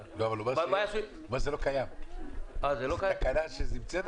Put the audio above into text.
מפסקאות (1) עד (8) שבתקנת משנה (א),